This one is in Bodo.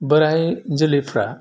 बोराइ जोलैफ्रा